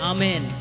Amen